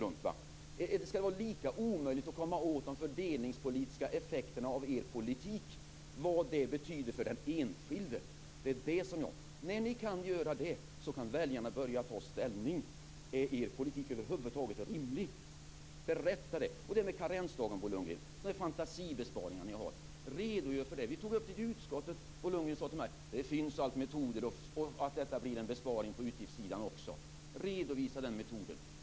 Skall det vara lika omöjligt att komma åt de fördelningspolitiska effekterna av er politik, vad de betyder för den enskilde? När ni kan redovisa dessa effekter kan väljarna ta ställning. Är er politik över huvud taget rimlig? Berätta det! När det gäller karensdagen, Bo Lundgren, har ni fantasibesparingar. Redogör för detta! Vi tog upp det här i utskottet. Bo Lundgren sade till mig att det finns metoder för att få en besparing också på utgiftssidan. Redovisa den metoden!